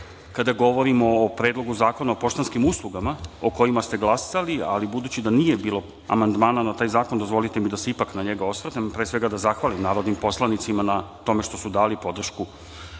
govorimo o Predlogu zakona o poštanskim uslugama, o kojima ste glasali, ali budući da nije bilo amandmana na taj zakon, dozvolite mi da se ipak na njega osvrnem, pre svega da zahvalim narodnim poslanicima na tome što su dali podršku